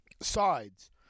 sides